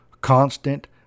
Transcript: constant